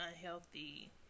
unhealthy